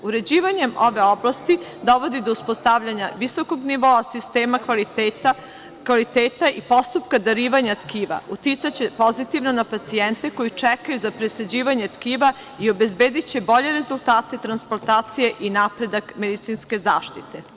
Uređivanjem ove oblasti dovodi do uspostavljanja visokog nivoa sistema kvaliteta i postupka darivanja tkiva, uticaće pozitivno na pacijente koji čekaju za presađivanje tkiva i obezbediće bolje rezultate transplantacije i napredak medicinske zaštite.